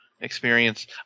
experience